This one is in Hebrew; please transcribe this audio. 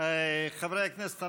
חברי הכנסת,